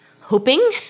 hoping